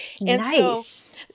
Nice